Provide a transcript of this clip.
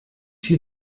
see